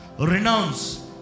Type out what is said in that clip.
renounce